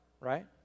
right